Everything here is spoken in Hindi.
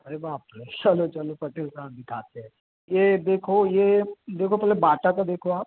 अरे बाप रे चलो चलो पटेल साहब दिखाते हैं ये देखो ये देखो पहले बाटा का देखो आप